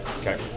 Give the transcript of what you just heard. Okay